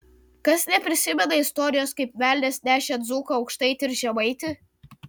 kas neprisimena istorijos kaip velnias nešė dzūką aukštaitį ir žemaitį